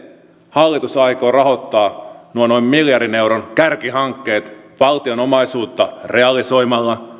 hallitus aikoo rahoittaa nuo noin miljardin euron kärkihankkeet valtion omaisuutta realisoimalla